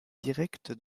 directe